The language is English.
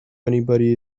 anybody